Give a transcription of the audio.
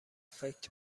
فکت